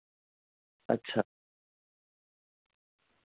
अच्छा